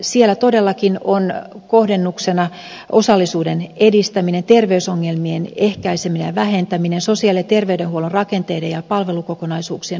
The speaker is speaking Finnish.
siellä todellakin on kohdennuksena osallisuuden edistäminen terveysongelmien ehkäiseminen ja vähentäminen sosiaali ja terveydenhuollon rakenteiden ja palvelukokonaisuuksien uudistaminen